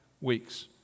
weeks